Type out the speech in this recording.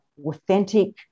authentic